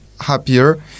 happier